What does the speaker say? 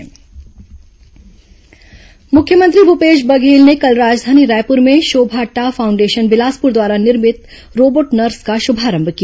corona robot nurse मुख्यमंत्री भूपेश बघेल ने कल राजधानी रायपुर में शोभा टाह फाउंडेशन बिलासपुर द्वारा निर्मित रोबोट नर्स का शुभारंभ किया